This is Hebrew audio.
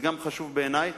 זה חשוב גם בעיני,